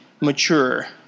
mature